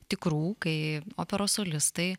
tikrų kai operos solistai